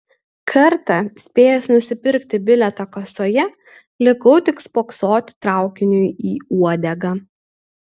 kartą spėjęs nusipirkti bilietą kasoje likau tik spoksoti traukiniui į uodegą